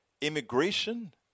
Immigration